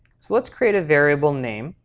so let's create a variable name,